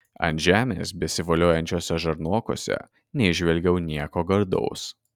ant žemės besivoliojančiuose žarnokuose neįžvelgiau nieko gardaus